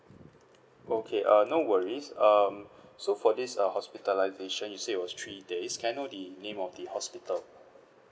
okay err no worries um so for this err hospitalisation you say was three days can I know the name of the hospital